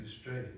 straight